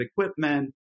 equipment